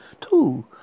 Two